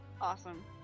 Awesome